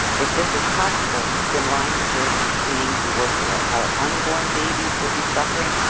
if this is possible, then lyme deserves the same warfare. our unborn babies will be suffering.